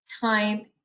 time